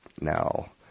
Now